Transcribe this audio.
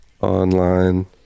online